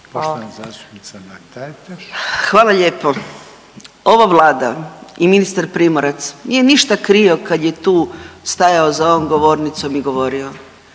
**Mrak-Taritaš, Anka (GLAS)** Hvala lijepo. Ova Vlada i ministar Primorac nije ništa krio kad je tu stajao za ovom govornicom i govorio.